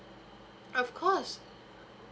of course